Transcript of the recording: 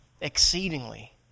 exceedingly